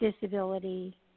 disability